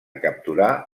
capturar